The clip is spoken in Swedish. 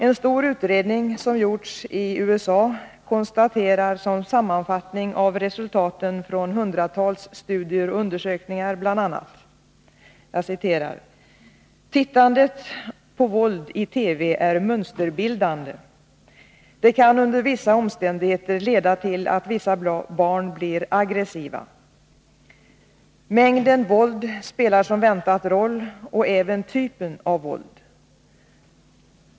En stor utredning som gjorts i USA konstaterar som sammanfattning av resultaten från hundratals studier och undersökningar bl.a.: ”Tittandet på våld i TV är mönsterbildande. Det kan under vissa omständigheter leda till att vissa barn blir aggressiva. Mängden våld spelar som väntat roll och även typen av våld.